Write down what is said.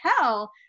tell